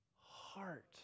heart